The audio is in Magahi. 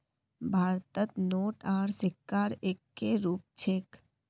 भारतत नोट आर सिक्कार एक्के रूप छेक